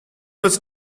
was